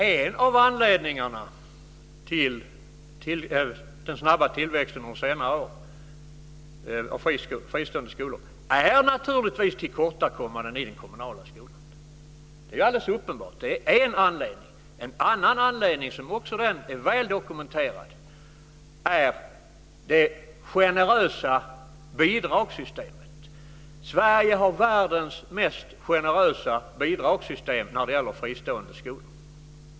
Herr talman! En av anledningarna till den snabba tillväxten av fristående skolor under senare år är naturligtvis tillkortakommanden i den kommunala skolan. Det är alldeles uppenbart. Det är en anledning. En annan anledning som också är väl dokumenterad är det generösa bidragssystemet. Sverige har världens mest generösa bidragssystem när det gäller fristående skolor.